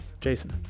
Jason